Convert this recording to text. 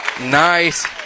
Nice